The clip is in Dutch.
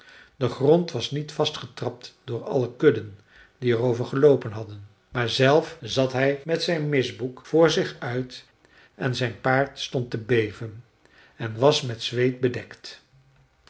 de grond was niet vastgetrapt door alle kudden die erover geloopen hadden maar zelf zat hij met zijn misboek voor zich uit en zijn paard stond te beven en was met zweet bedekt